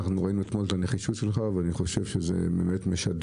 ראינו אתמול את הנחישות שלך, ואני חושב שזה משדר,